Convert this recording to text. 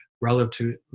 Relative